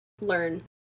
learn